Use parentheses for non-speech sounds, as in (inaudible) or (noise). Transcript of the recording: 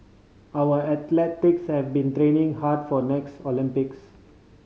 our (unintelligible) have been training hard for the next Olympics